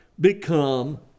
become